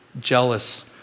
jealous